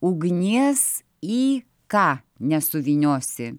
ugnies į ką nesuvyniosi